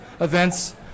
events